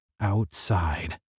Outside